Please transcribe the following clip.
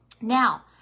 Now